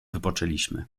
wypoczęliśmy